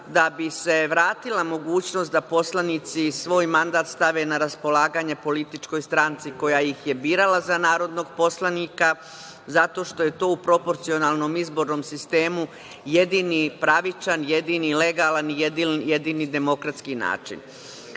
da bi se vratila mogućnost da poslanici svoj mandat stave na raspolaganje političkoj stranci koja ih je birala za narodnog poslanika, zato što je to u proporcionalnom izbornom sistemu jedini pravičan, jedini legalan i jedini demokratski